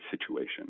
situation